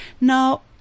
now